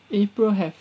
april have